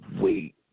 wait